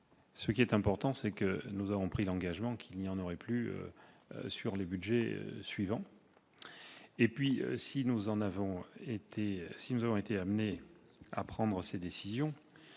Ce qui est important, c'est que nous avons pris l'engagement qu'il n'y en aurait plus sur les budgets suivants. Si nous avons été amenés à prendre ces décisions